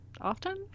often